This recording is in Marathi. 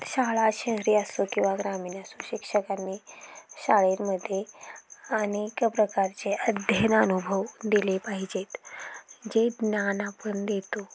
शाळा शहरी असो किंवा ग्रामीण असो शिक्षकांनी शाळेमध्ये अनेक प्रकारचे अध्ययन अनुभव दिले पाहिजेत जे ज्ञान आपण देतो